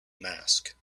mask